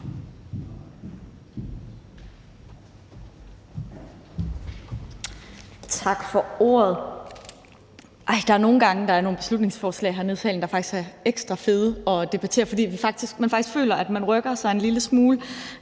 Tak for ordet.